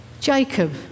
Jacob